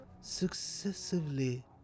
successively